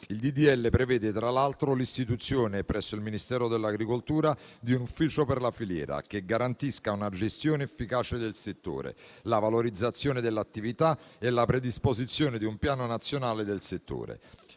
legge prevede, tra l'altro, l'istituzione presso il Ministero dell'agricoltura di un ufficio per la filiera che garantisca una gestione efficace del settore, la valorizzazione dell'attività e la predisposizione di un piano nazionale del settore.